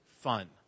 fun